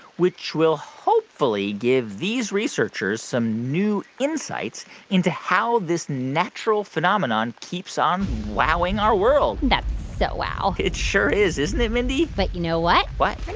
which will hopefully give these researchers some new insights into how this natural phenomenon keeps on wowing our world that's so wow it sure is, isn't it, mindy? but you know what? what? and